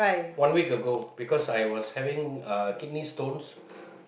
one week ago because I was having kidney stones